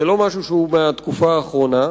זה לא משהו שהוא מהתקופה האחרונה,